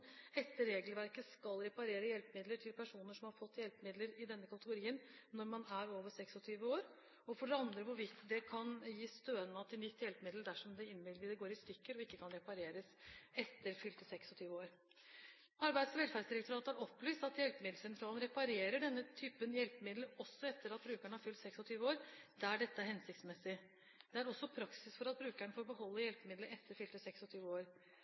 etter regelverket skal reparere hjelpemidler til personer som har fått hjelpemidler i denne kategorien når man er over 26 år, og for det andre hvorvidt det kan gis stønad til nytt hjelpemiddel dersom det innvilgede går i stykker og ikke kan repareres, etter fylte 26 år. Arbeids- og velferdsdirektoratet har opplyst at hjelpemiddelsentralene reparerer denne typen hjelpemidler også etter at brukeren har fylt 26 år, der dette er hensiktsmessig. Det er også praksis for at brukeren får beholde hjelpemidlet etter fylte 26 år.